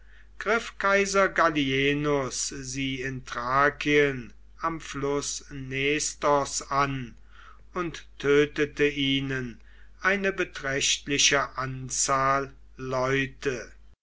kaiser gallienus sie in thrakien am fluß nestos an und tötete ihnen eine beträchtliche anzahl leute